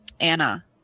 Anna